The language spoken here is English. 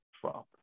trump